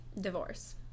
Divorce